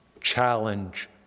challenge